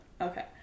Okay